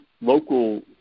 local